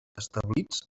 establits